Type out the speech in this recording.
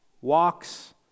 walks